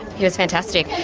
he was fantastic.